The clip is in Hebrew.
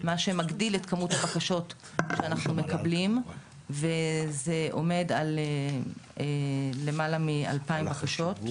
מה שמגדיל את כמו הבקשות שאנחנו מקבלים וזה עומד על למעלה מ-2000 בקשות